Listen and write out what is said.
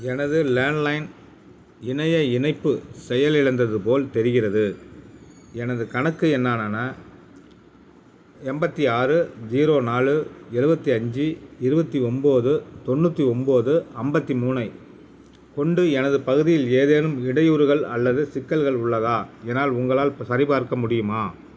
எனது லேண்ட்லைன் இணைய இணைப்பு செயலிலந்தது போல் தெரிகிறது எனது கணக்கு எண்ணாலான எண்பத்தி ஆறு ஜீரோ நாலு எழுவத்தி அஞ்சு இருபத்தி ஒம்பது தொண்ணூற்றி ஒம்பது ஐம்பத்தி மூணைக் கொண்டு எனது பகுதியில் ஏதேனும் இடையூறுகள் அல்லது சிக்கல்கள் உள்ளதா என உங்களால் சரிபார்க்க முடியுமா